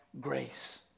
grace